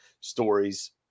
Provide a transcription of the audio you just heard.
stories